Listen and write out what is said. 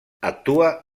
actua